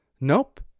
nope